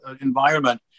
environment